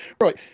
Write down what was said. right